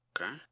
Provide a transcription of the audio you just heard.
Okay